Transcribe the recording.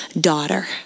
Daughter